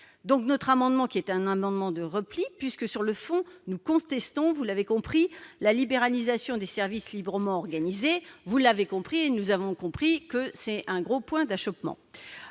Cet amendement est un amendement de repli, puisque, sur le fond, nous contestons la libéralisation des services librement organisés- vous l'avez compris, et nous avons compris que c'est un gros point d'achoppement.